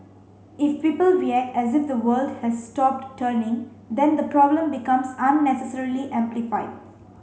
if people react as if the world has stopped turning then the problem becomes unnecessarily amplified